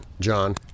John